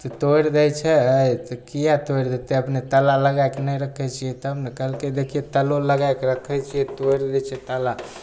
तऽ तोड़ि दै छै तऽ किएक तोड़ि देतै अपने ताला लगैके नहि राखै छिए तब ने कहलकै देखिऔ तालो लगैके राखै छिए तोड़ि दै छै ताला